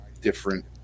different